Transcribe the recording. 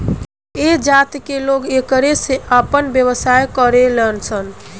ऐह जात के लोग एकरे से आपन व्यवसाय करेलन सन